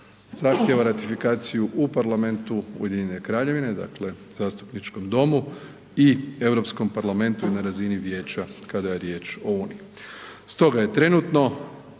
zahtijeva ratifikaciju u parlamentu Ujedinjene Kraljevine, dakle Zastupničkom domu i Europskom parlamentu na razini vijeća kada je riječ o Uniji